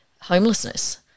homelessness